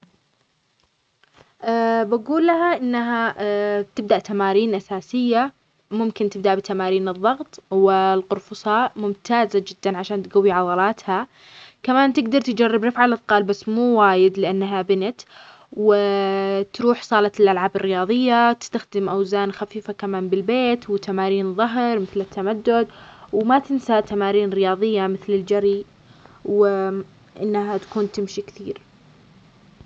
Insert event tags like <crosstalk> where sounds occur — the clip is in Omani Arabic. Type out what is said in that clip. <hesitation> بقول لها انها <hesitation> تبدأ تمارين اساسية، ممكن تبدأ بتمارين الظغط والقرفصاء ممتازة جدا عشان تقوي عظلاتها، كمان تقدر تجرب رفع الاثقال بس مو وايد لانها بنت، و <hesitation> تروح صالة الالعاب الرياضية، تستخدم الاوزان الخفيفة كمان بالبيت و تمارين ظهر مثل التمدد، و ما تنسى تمارين رياضية مثل الجري، و انها تكون تمشي كتير.